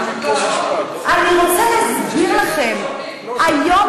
אני רוצה להסביר לכם -- אורלי ----- היום